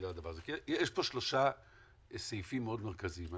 יש פה שלושה סעיפים מאוד מרכזיים.